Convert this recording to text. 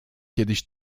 kiedyś